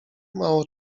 mało